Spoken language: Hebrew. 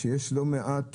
שיש לא מעט,